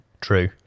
True